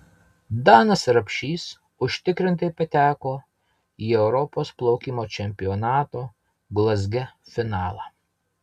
danas rapšys užtikrintai pateko į europos plaukimo čempionato glazge finalą